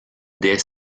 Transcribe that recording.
des